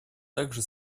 также